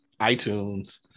itunes